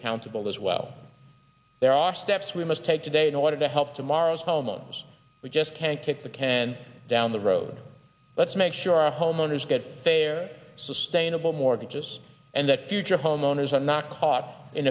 accountable as well there are steps we must take today in order to help tomorrow's homeowners we just can't kick the can down the road let's make sure our homeowners get their sustainable mortgages and that future homeowners are not caught in